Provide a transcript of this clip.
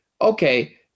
okay